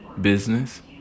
business